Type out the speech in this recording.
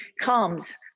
comes